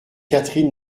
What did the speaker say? catherine